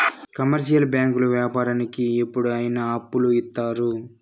commercial బ్యాంకులు వ్యాపారానికి ఎప్పుడు అయిన అప్పులు ఇత్తారు